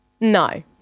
No